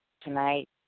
tonight